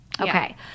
Okay